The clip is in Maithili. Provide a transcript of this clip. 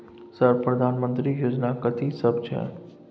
सर प्रधानमंत्री योजना कथि सब छै?